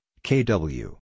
KW